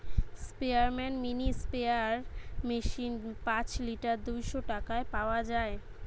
স্পেয়ারম্যান mini sprayer machine পাঁচ litre দুইশ টাকায় পাওয়া যায়